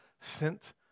sent